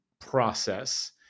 process